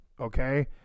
okay